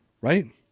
right